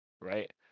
right